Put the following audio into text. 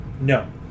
No